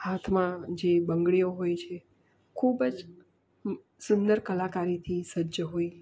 હાથમાં જે બંગડીઓ હોય છે ખૂબ જ સુંદર કલાકારીથી સજ્જ હોય